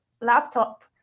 laptop